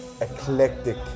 eclectic